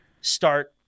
start